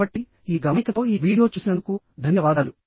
కాబట్టి ఈ గమనికతో ఈ వీడియో చూసినందుకు ధన్యవాదాలు